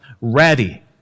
ready